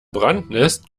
brandnest